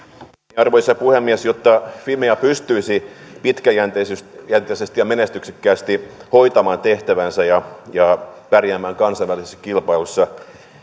arvoisa puhemies jotta fimea pystyisi pitkäjänteisesti ja menestyksekkäästi hoitamaan tehtäväänsä ja ja pärjäämään kansainvälisessä kilpailussa